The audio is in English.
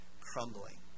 crumbling